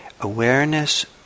awareness